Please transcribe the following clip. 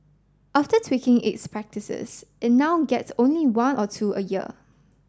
after tweaking its practices it now gets only one or two a year